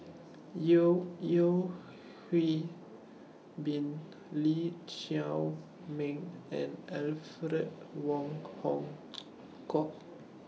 Yeo Yeo Hwee Bin Lee Chiaw Meng and Alfred Wong Hong Kwok